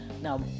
now